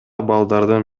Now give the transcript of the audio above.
балдардын